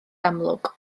amlwg